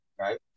right